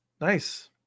Nice